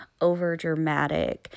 overdramatic